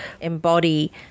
embody